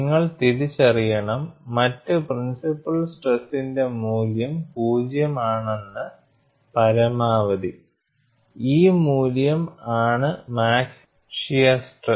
നിങ്ങൾ തിരിച്ചറിയണം മറ്റ് പ്രിൻസിപ്പൽ സ്ട്രെസ്സിന്റെ മൂല്യം പൂജ്യം ആണെന്ന് പരമാവധി ഈ മൂല്യം ആണ് മാക്സിമം ഷിയർ സ്ട്രെസ്